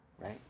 right